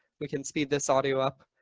we can speed this audio up,